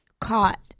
caught